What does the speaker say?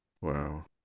Wow